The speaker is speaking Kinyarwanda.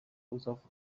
uzavuka